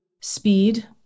speed